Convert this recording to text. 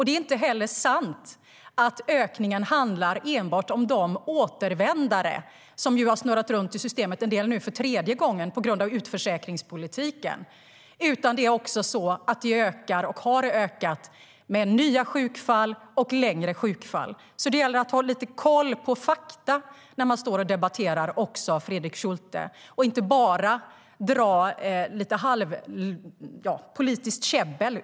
Det är inte heller sant att ökningen handlar enbart om de återvändare som har snurrat runt i systemet - en del nu för tredje gången - på grund av utförsäkringspolitiken. Det ökar, och har ökat, också i och med nya sjukfall och längre sjukfall. Det gäller att också ha lite koll på fakta när man står och debatterar, Fredrik Schulte. Man kan inte bara dra lite politiskt käbbel.